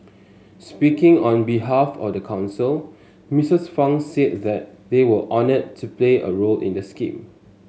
speaking on behalf the council Mistress Fang said that they were honoured to play a role in the scheme